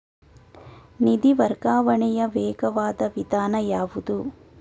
ನಿಧಿ ವರ್ಗಾವಣೆಯ ವೇಗವಾದ ವಿಧಾನ ಯಾವುದು?